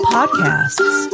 Podcasts